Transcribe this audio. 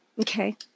Okay